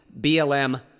BLM